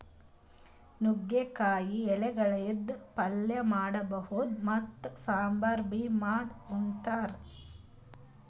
ನುಗ್ಗಿಕಾಯಿ ಎಲಿಗಳಿಂದ್ ಪಲ್ಯ ಮಾಡಬಹುದ್ ಮತ್ತ್ ಸಾಂಬಾರ್ ಬಿ ಮಾಡ್ ಉಂತಾರ್